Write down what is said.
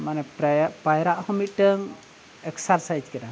ᱢᱟᱱᱮ ᱯᱟᱭᱨᱟᱜ ᱦᱚᱸ ᱢᱤᱫᱴᱟᱝ ᱮᱠᱥᱟᱨᱥᱟᱭᱤᱡ ᱠᱮᱫᱟ